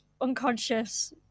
unconscious